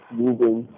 moving